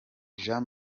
jean